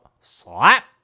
Slap